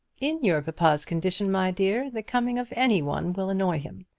in your papa's condition, my dear, the coming of any one will annoy him.